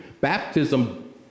Baptism